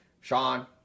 Sean